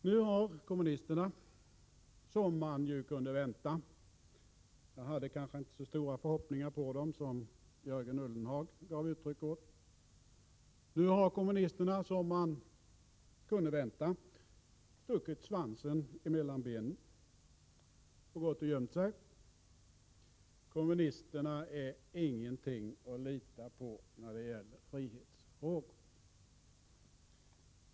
Nu har kommunisterna, som man kunde vänta — jag hade kanske inte så stora förhoppningar på dem som Jörgen Ullenhag hade — stuckit svansen mellan benen och gått och gömt sig. Kommunisterna är ingenting att lita på när det gäller frihetsfrågor!